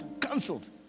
Cancelled